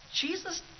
Jesus